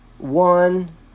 One